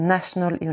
National